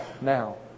now